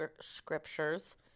scriptures